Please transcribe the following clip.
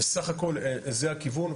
וסך הכל זה הכיוון,